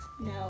No